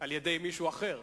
על-ידי מישהו אחר,